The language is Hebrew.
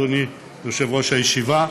אדוני יושב-ראש הישיבה,